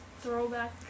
Throwback